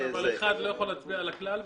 אחד לא יכול להצביע על הכלל,